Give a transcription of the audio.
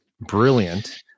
brilliant